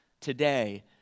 today